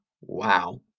wow